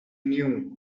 knew